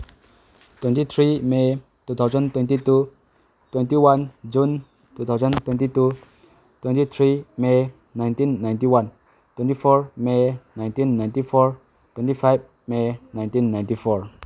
twenty three may two thousand twenty two twenty one June two thousand twenty two twenty three may nineteen ninety one twenty four may nineteen ninety four twenty five may nineteen ninety four